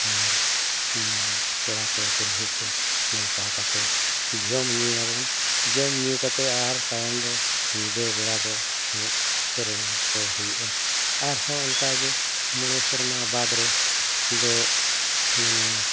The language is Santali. ᱟᱨ ᱯᱮᱲᱟ ᱠᱚ ᱯᱚᱨᱵᱷᱩ ᱠᱚ ᱱᱮᱶᱛᱟ ᱠᱟᱛᱮ ᱡᱚᱢ ᱧᱩᱭᱟᱵᱚᱱ ᱡᱚᱢ ᱧᱩ ᱠᱟᱛᱮ ᱟᱨ ᱛᱟᱭᱚᱢ ᱫᱚ ᱧᱤᱫᱟᱹᱵᱮᱲᱟ ᱫᱚ ᱮᱱᱮᱡ ᱥᱮᱨᱮᱧ ᱠᱚ ᱦᱩᱭᱩᱜᱼᱟ ᱟᱨᱦᱚᱸ ᱚᱱᱠᱟᱜᱮ ᱢᱚᱬᱮ ᱥᱮᱨᱢᱟ ᱵᱟᱫᱽᱨᱮ ᱫᱚ ᱢᱟᱱᱮ